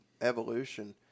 Evolution